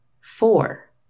Four